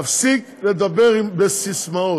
להפסיק לדבר בססמאות.